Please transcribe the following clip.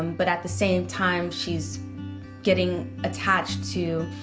um but at the same time she's getting attached to